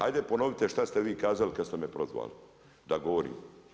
Ajde ponovite šta ste vi kazali kada ste me prozvali da govorim.